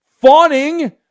fawning